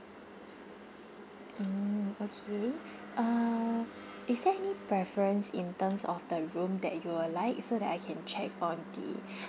mm okay uh is there any preference in terms of the room that you're like so that I can check on the